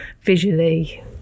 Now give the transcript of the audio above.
visually